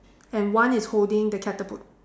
and one is holding the catapult